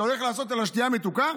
אתה הולך לעשות על השתייה המתוקה,